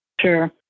Sure